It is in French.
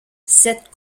cette